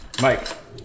Mike